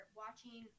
watching